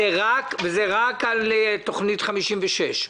וזה רק על תוכנית 56,